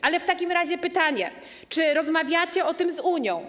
Mam w takim razie pytania: Czy rozmawiacie o tym z Unią?